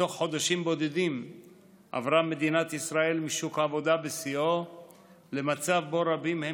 בתוך חודשים בודדים עברה מדינת ישראל משוק עבודה בשיאו למצב שבו רבים הם